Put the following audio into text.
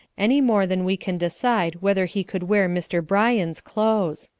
any more than we can decide whether he could wear mr. bryan's clothes.